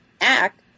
act